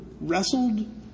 wrestled